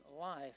life